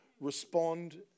respond